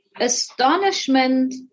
astonishment